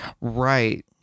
Right